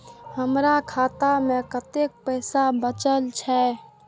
हमरो खाता में कतेक पैसा बचल छे?